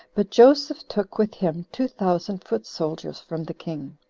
but joseph took with him two thousand foot soldiers from the king,